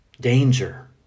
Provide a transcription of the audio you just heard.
danger